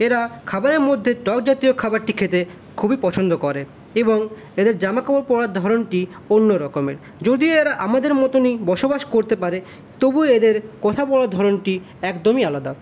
এরা খাবারের মধ্যে টকজাতীয় খাবারটি খেতে খুবই পছন্দ করে এবং এদের জামাকাপড় পরার ধরনটি অন্যরকমের যদিও এরা আমাদের মতনই বসবাস করতে পারে তবু এদের কথা বলার ধরনটি একদমই আলাদা